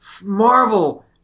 Marvel